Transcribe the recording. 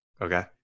Okay